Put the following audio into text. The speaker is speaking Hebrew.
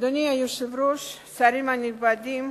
אדוני היושב-ראש, שרים נכבדים,